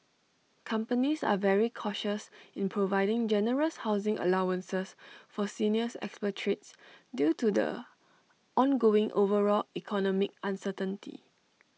companies are very cautious in providing generous housing allowances for senior expatriates due to the ongoing overall economic uncertainty